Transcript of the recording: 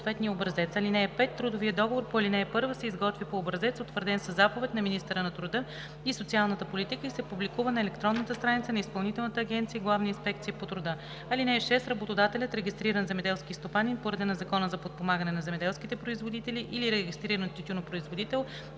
(5) Трудовият договор по ал. 1 се изготвя по образец, утвърден със заповед на министъра на труда и социалната политика, и се публикува на електронната страница на Изпълнителната агенция „Главна инспекция по труда“. (6) Работодателят – регистриран земеделски стопанин по реда на Закона за подпомагане на земеделските производители или регистриран тютюнопроизводител